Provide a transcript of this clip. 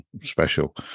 special